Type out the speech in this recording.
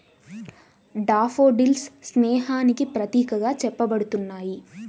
daffodils స్నేహానికి ప్రతీకగా చెప్పబడుతున్నాయి